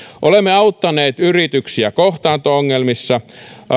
olemme auttaneet yrityksiä kohtaanto ongelmissa